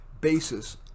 basis